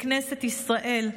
בכנסת ישראל,